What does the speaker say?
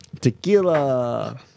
Tequila